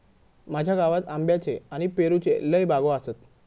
माझ्या गावात आंब्याच्ये आणि पेरूच्ये लय बागो आसत